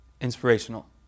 inspirational